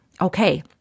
Okay